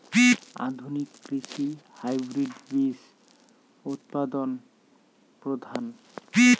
আধুনিক কৃষিত হাইব্রিড বীজ উৎপাদন প্রধান